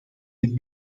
met